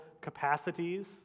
capacities